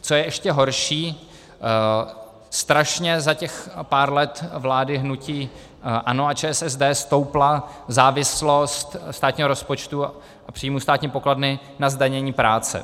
Co je ještě horší strašně za těch pár let vlády hnutí ANO a ČSSD stoupla závislost státního rozpočtu a příjmů státní pokladny na zdanění práce.